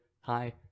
hi